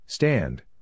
Stand